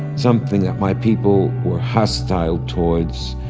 something that my people were hostile towards.